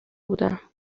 بودم